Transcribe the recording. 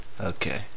Okay